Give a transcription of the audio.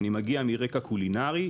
אני מגיע מרקע קולינרי,